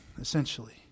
essentially